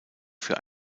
für